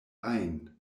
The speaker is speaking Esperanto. ajn